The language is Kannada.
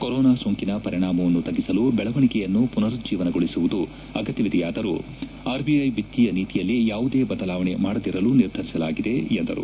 ಕೊರೊನಾ ಸೋಂಕಿನ ಪರಿಣಾಮವನ್ನು ತಗ್ಗಿಸಲು ಬೆಳವಣಿಗೆಯನ್ನು ಮನರುಜ್ಜೀವನಗೊಳಿಸುವುದು ಅಗತ್ತವಿದೆಯಾದರೂ ಆರ್ಐಐ ವಿಕ್ತೀಯ ನೀತಿಯಲ್ಲಿ ಯಾವುದೇ ಬದಲಾವಣೆ ಮಾಡದಿರಲು ನಿರ್ಧರಿಸಲಾಗಿದೆ ಎಂದರು